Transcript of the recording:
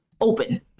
open